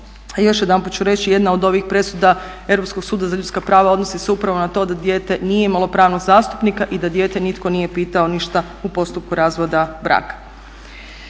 Još jedanput ću reći jedna od ovih presuda Europskog suda za ljudska prava odnosi se upravo na to dijete nije imalo pravnog zastupnika i da dijete nitko nije pitao ništa u postupku razvoda braka.